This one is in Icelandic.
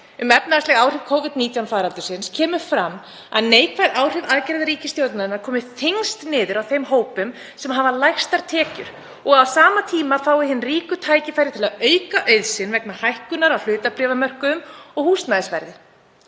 um efnahagsleg áhrif Covid-19 faraldursins, kemur fram að neikvæð áhrif aðgerða ríkisstjórnarinnar komi þyngst niður á þeim hópum sem hafa lægstar tekjur og á sama tíma fái hin ríku tækifæri til að auka auð sinn vegna hækkunar á hlutabréfamörkuðum og húsnæðisverði.